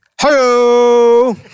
Hello